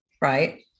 right